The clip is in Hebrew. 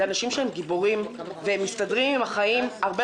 אלה אנשים שהם גיבורים והם מסתדרים עם החיים הרבה